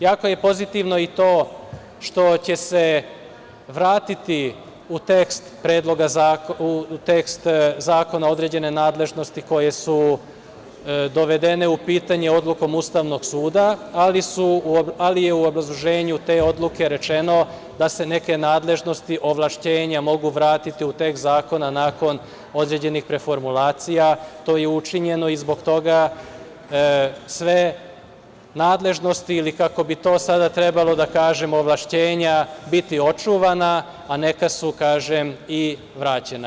Jako je pozitivno i to što će se vratiti u tekst zakona određene nadležnosti koje su dovedene u pitanje odlukom Ustavnog suda, ali je u obrazloženju te odluke rečeno da se neke nadležnosti, ovlašćenja mogu vratiti u taj zakon nakon određenih preformulacija, to je učinjeno i zbog toga sve nadležnosti ili kako bi to sada trebalo da kažemo ovlašćenja biti očuvana, a neka su kažem i vraćena.